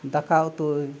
ᱫᱟᱠᱟ ᱩᱛᱩᱭ